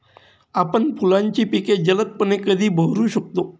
आपण फुलांची पिके जलदपणे कधी बहरू शकतो?